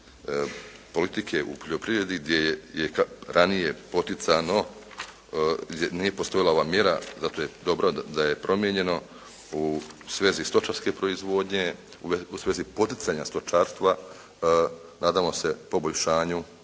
politike u poljoprivredi gdje je ranije poticano, nije postojala ova mjera zato je dobro da je promijenjeno u svezi stočarske proizvodnje, u svezi poticanja stočarstva nadamo se poboljšanju